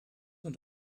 und